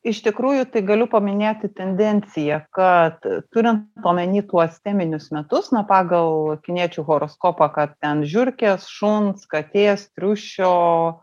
iš tikrųjų tai galiu paminėti tendenciją kad turint omeny tuos teminius metus na pagal kiniečių horoskopą kad ten žiurkės šuns katės triušio